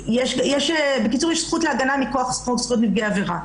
יש זכות להגנה מכוח חוק זכויות נפגעי עבירה.